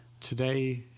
today